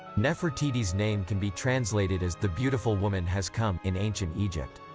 nefertiti's name can be translated as the beautiful woman has come in ancient egypt.